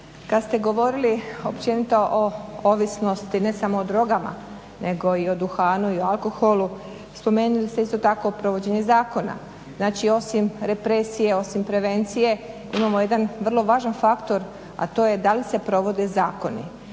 kad ste govorili općenito o ovisnosti ne samo o drogama nego i o duhanu i o alkoholu spomenuli ste isto tako provođenje zakona. Znači, osim represije, osim prevencije imamo jedan vrlo važan faktor a to je da li se provode zakoni.